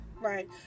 Right